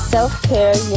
Self-Care